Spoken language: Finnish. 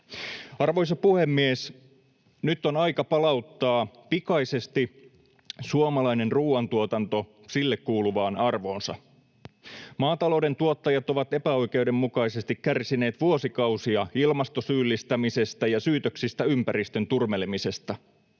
Arvoisa puhemies! Nyt on aika palauttaa pikaisesti suomalainen ruuantuotanto sille kuuluvaan arvoonsa. Maatalouden tuottajat ovat epäoikeudenmukaisesti kärsineet vuosikausia ilmastosyyllistämisestä ja syytöksistä ympäristön turmelemisesta.